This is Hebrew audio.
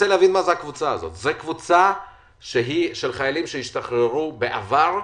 מדובר בקבוצה של חיילים שהשתחררו בעבר,